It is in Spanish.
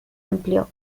amplió